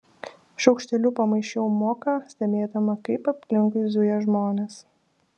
šaukšteliu pamaišiau moką stebėdama kaip aplinkui zuja žmonės